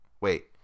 Wait